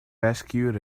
rescued